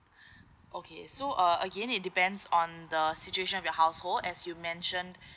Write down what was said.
okay so uh again it depends on the situation with your household as you mentioned